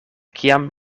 kiam